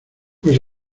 pues